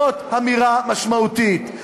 זאת אמירה משמעותית.